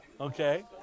Okay